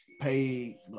pay